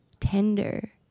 tender